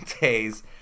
days